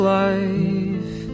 life